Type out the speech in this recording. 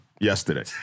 yesterday